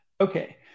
Okay